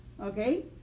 okay